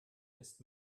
erst